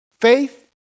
Faith